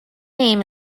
name